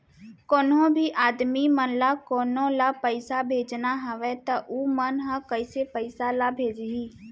कोन्हों भी आदमी मन ला कोनो ला पइसा भेजना हवय त उ मन ह कइसे पइसा ला भेजही?